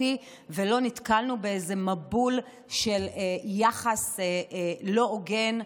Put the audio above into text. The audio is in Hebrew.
ולא נתקלנו באיזה מבול של יחס לא הוגן,